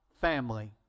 family